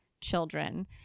children